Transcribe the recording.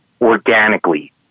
organically